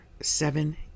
seven